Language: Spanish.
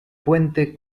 puente